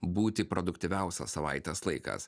būti produktyviausias savaitės laikas